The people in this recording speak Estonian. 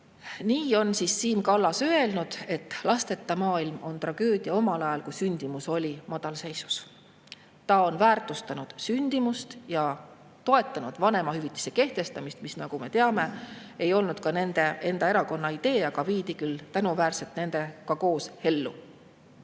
Nii on Siim Kallas öelnud, et lasteta maailm on tragöödia, omal ajal, kui sündimus oli madalseisus. Ta on väärtustanud sündimust ja toetanud vanemahüvitise kehtestamist, mis, nagu me teame, ei olnud ka nende endi erakonna idee, aga viidi küll tänuväärselt nendega koos ellu.